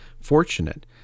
fortunate